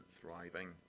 thriving